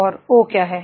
और ओ क्या है